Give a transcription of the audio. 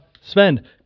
Sven